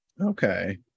Okay